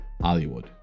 Hollywood